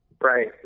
right